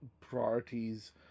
priorities